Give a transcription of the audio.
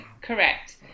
correct